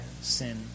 sin